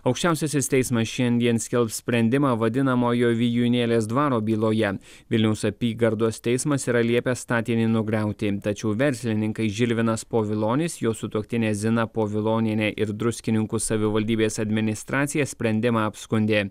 aukščiausiasis teismas šiandien skelbs sprendimą vadinamojo vijūnėlės dvaro byloje vilniaus apygardos teismas yra liepęs statinį nugriauti tačiau verslininkai žilvinas povilonis jo sutuoktinė zina povilonienė ir druskininkų savivaldybės administracija sprendimą apskundė